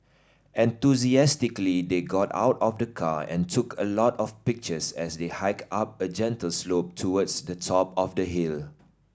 enthusiastically they got out of the car and took a lot of pictures as they hiked up a gentle slope towards the top of the hill